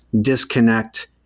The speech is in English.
disconnect